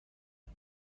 کند